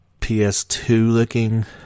PS2-looking